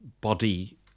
body